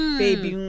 baby